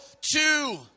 Two